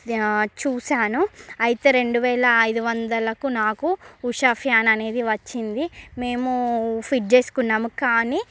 చూసాను అయితే రెండు వేల అయిదు వందలకు నాకు ఉషా ఫ్యాన్ అనేది వచ్చింది మేము ఫిట్ చేసుకున్నాము కానీ